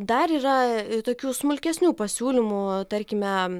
dar yra tokių smulkesnių pasiūlymų tarkime